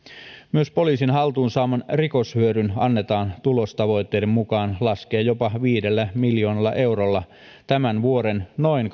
myös poliisin haltuun saaman rikoshyödyn annetaan tulostavoitteiden mukaan laskea jopa viidellä miljoonalla eurolla tämän vuoden noin